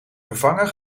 vervangen